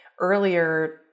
earlier